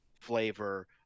flavor